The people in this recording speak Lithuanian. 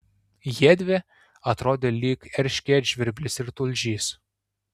jiedvi atrodė lyg erškėtžvirblis ir tulžys